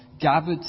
gathered